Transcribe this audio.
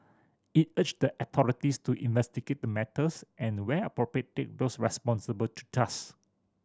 it urged the authorities to investigate the matters and where appropriate take those responsible to task